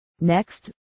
Next